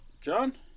John